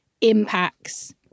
impacts